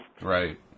Right